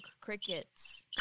crickets